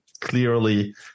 clearly